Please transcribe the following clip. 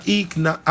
ikna